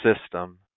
system